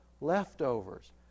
leftovers